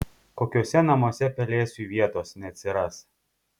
kokiuose namuose pelėsiui vietos neatsiras